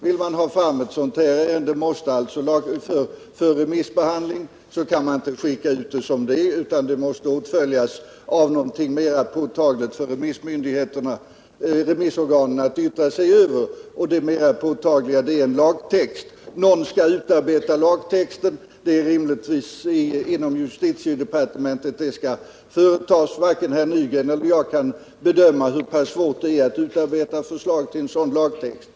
Vill man ha fram ett sådant här ärende till remissbehandling måste det kunnaååtföljas av någonting mer påtagligt för remissorganen att yttra sig över. Och det mer påtagliga är en lagtext. Någon måste alltså utarbeta en sådan, och det är rimligtvis inom justitiedepartementet som detta skall ske. Varken herr Nygren eller jag kan bedöma hur pass svårt det är att utarbeta ett förslag till sådan lagtext.